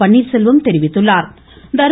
பன்னீர்செல்வம் தெரிவித்துள்ளா்